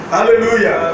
Hallelujah